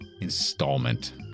Installment